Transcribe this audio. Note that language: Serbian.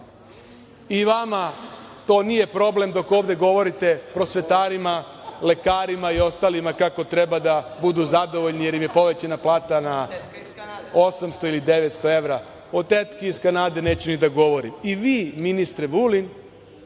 I vama to nije problem dok ovde govorite prosvetarima, lekarima i ostalima kako treba da budu zadovoljni jer im je povećana plata na 800 ili 900 evra. O tetki iz Kanade neću ni da govorim.I vi ministre Vulin